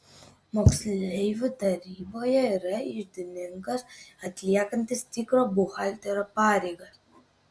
moksleivių taryboje yra iždininkas atliekantis tikro buhalterio pareigas